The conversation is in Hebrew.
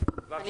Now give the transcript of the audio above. אני